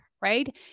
right